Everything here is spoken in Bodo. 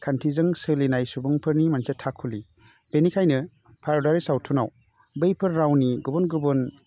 खान्थिजों सोलिनाय सुबुंफोरनि मोनसे थाखुलि बेनिखायनो भारतारि सावथुनाव बैफोर रावनि गुबुन गुबुन